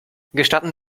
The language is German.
gestatten